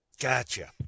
Gotcha